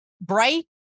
bright